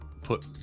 put